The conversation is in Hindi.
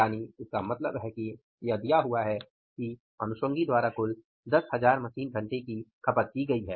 यानि इसका मतलब है कि यह दिया हुआ है कि अनुषंगी द्वारा कुल 10000 मशीन घंटे का खपत किया गया है